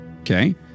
okay